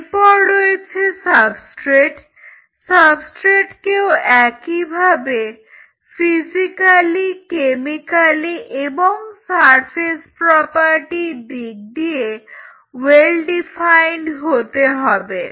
এরপর রয়েছে সাবস্ট্রেট সাবস্ট্রেটকেও একইভাবে কেমিকালি ফিজিকালি এবং সারফেস প্রপার্টির দিক দিয়ে well defined হতে হবে